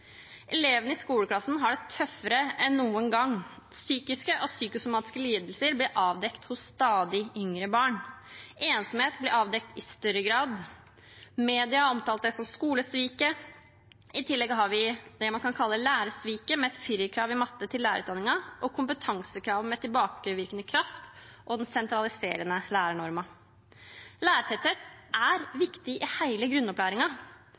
Elevene i skoleklassen har det tøffere enn noen gang. Psykiske og psykosomatiske lidelser blir avdekt hos stadig yngre barn. Ensomhet blir avdekt i større grad. Media har omtalt det som skolesviket. I tillegg har vi det man kan kalle lærersviket, med et firerkrav i matte til lærerutdanningen, kompetansekravet med tilbakevirkende kraft og den sentraliserende lærernormen. Lærertetthet er viktig i hele